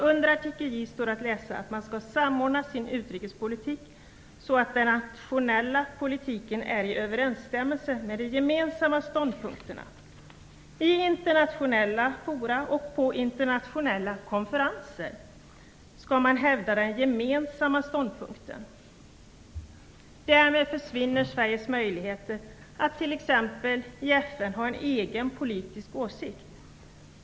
Under Artikel J står att läsa att man skall samordna sin utrikespolitik så att den nationella politiken är i överensstämmelse med de gemensamma ståndpunkterna. I internationella forum och på internationella konferenser skall man hävda den gemensamma ståndpunkten. Därmed försvinner Sveriges möjligheter att i t.ex. FN ha en egen politisk åsikt.